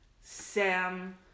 Sam